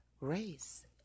race